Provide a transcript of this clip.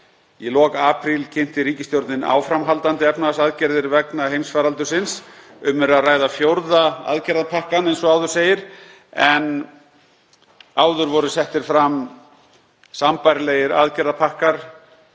Í lok apríl kynnti ríkisstjórnin áframhaldandi efnahagsaðgerðir vegna heimsfaraldursins. Um er að ræða fjórða aðgerðapakkann, eins og áður segir, en áður voru settir fram sambærilegir aðgerðapakkar